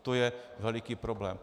To je veliký problém.